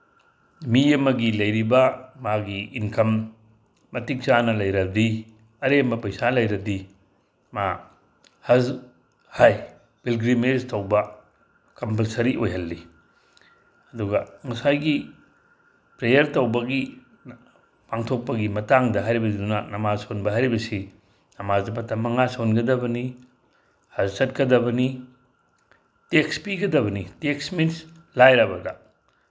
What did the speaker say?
ꯃꯤ ꯑꯃꯒꯤ ꯂꯩꯔꯤꯕ ꯃꯥꯒꯤ ꯏꯟꯀꯝ ꯃꯇꯤꯛ ꯆꯥꯅ ꯂꯩꯔꯕꯗꯤ ꯑꯔꯦꯝꯕ ꯄꯩꯁꯥ ꯂꯩꯔꯗꯤ ꯃꯥ ꯍꯖ ꯍꯥꯏ ꯄꯤꯜꯒ꯭ꯔꯤꯃꯦꯖ ꯇꯧꯕ ꯀꯝꯄꯜꯁꯔꯤ ꯑꯣꯏꯍꯜꯂꯤ ꯑꯗꯨꯒ ꯉꯁꯥꯏꯒꯤ ꯄ꯭ꯔꯦꯌꯥꯔ ꯇꯧꯕꯒꯤ ꯄꯥꯡꯊꯣꯛꯄꯒꯤ ꯃꯇꯥꯡꯗ ꯍꯥꯏꯔꯤꯕꯗꯨꯅ ꯅꯃꯥꯖ ꯁꯣꯟꯕ ꯍꯥꯏꯔꯤꯕꯁꯤ ꯅꯃꯥꯖ ꯃꯇꯝ ꯃꯉꯥ ꯁꯣꯟꯒꯗꯕꯅꯤ ꯍꯖ ꯆꯠꯀꯗꯕꯅꯤ ꯇꯦꯛꯁ ꯄꯤꯒꯗꯕꯅꯤ ꯇꯦꯛꯁ ꯃꯤꯟꯁ ꯂꯥꯏꯔꯕꯗ